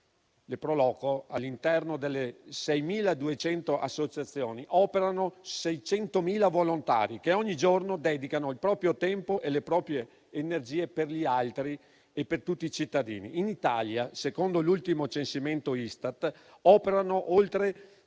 territorio. All'interno delle 6.200 associazioni pro loco operano 600.000 volontari, che ogni giorno dedicano il proprio tempo e le proprie energie per gli altri e per tutti i cittadini. In Italia, secondo l'ultimo censimento Istat, operano oltre